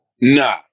Nah